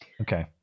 Okay